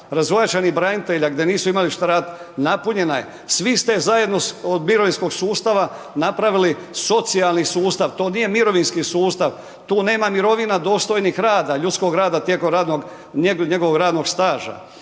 razvojačenih branitelja gdje nisu imali šta radit, napunjena je. Svi ste zajedno od mirovinskog sustava napravili socijalni sustav. To nije mirovinski sustav, tu nema mirovina dostojnih rada, ljudskog rada tijekom radnog, njegovog radnog staža.